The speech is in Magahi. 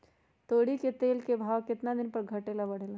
तोरी के तेल के भाव केतना दिन पर घटे ला बढ़े ला?